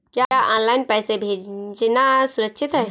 क्या ऑनलाइन पैसे भेजना सुरक्षित है?